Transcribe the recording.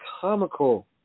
comical